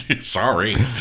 sorry